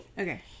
Okay